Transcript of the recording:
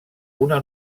una